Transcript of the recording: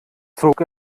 zog